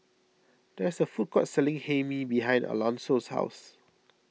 there is a food court selling Hae Mee behind Alonso's house